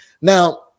now